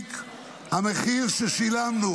המחיר ששילמנו